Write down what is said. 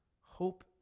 Hope